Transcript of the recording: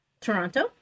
Toronto